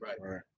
Right